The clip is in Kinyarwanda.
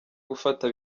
gufata